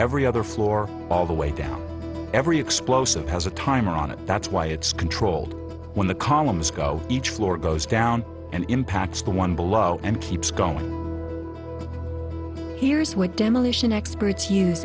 every other floor all the way down every explosive has a timer on it that's why it's controlled when the columns go each floor goes down and impacts the one below and keeps going here's what demolition expert